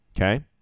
Okay